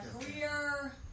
career